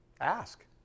Ask